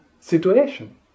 situation